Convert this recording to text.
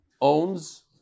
owns